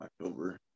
October